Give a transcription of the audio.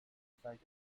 effect